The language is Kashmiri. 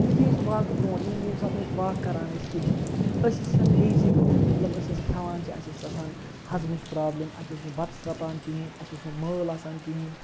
یُتھُے أسۍ واکہٕ برونٛٹھ ییٚمہِ ییٚمہِ ساتہٕ نہٕ أسۍ واک کَران ٲسۍ کِہیٖنۍ أسۍ ٲس آسان لیزی گٔمٕتۍ مطلب أسۍ ٲسۍ کھٮ۪وان اَسہِ ٲسۍ آسان ہَضمٕچ پرٛابلِم اَسہِ اوس نہٕ بَتہٕ شرٛوٚپان کِہیٖنۍ اَسہِ اوس نہٕ مٲل آسان کِہیٖنۍ